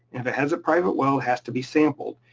if it has a private well has to be sampled.